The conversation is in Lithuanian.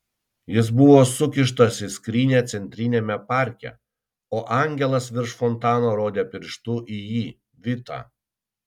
jis buvo sukištas į skrynią centriniame parke o angelas virš fontano rodė pirštu į jį vitą